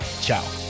Ciao